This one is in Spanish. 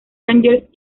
rangers